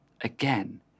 Again